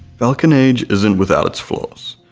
falcon age isn't without its flaws,